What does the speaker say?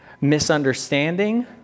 misunderstanding